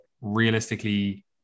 realistically